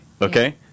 okay